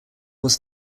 was